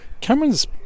Cameron's